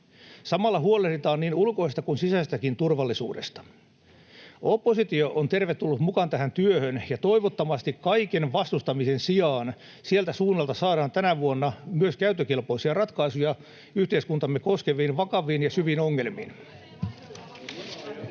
Samalla huolehditaan niin ulkoisesta kuin sisäisestäkin turvallisuudesta. Oppositio on tervetullut mukaan tähän työhön, ja toivottavasti kaiken vastustamisen sijaan sieltä suunnalta saadaan tänä vuonna myös käyttökelpoisia ratkaisuja yhteiskuntaamme koskeviin vakaviin ja syviin ongelmiin.